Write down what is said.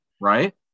right